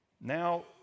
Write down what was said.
Now